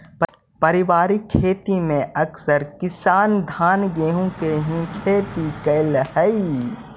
पारिवारिक खेती में अकसर किसान धान गेहूँ के ही खेती करऽ हइ